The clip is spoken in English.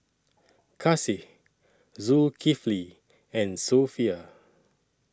Kasih Zulkifli and Sofea